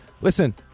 listen